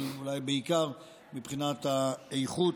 אבל אולי בעיקר מבחינת האיכות,